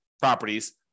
properties